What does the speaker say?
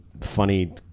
funny